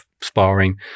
sparring